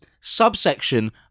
subsection